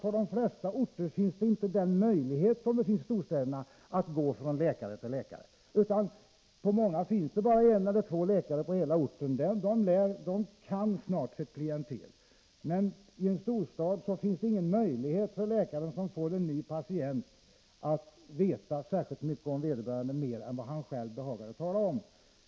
På de flesta orter finns nämligen inte samma möjlighet som i storstäderna att gå från läkare till läkare. På många orter finns det bara en eller två läkare, och de ”kan” snart sitt klientel. Men i en storstad finns det ingen möjlighet för en läkare som får en ny patient att veta särskilt mycket mer om vederbörande än vad denne själv behagar tala om.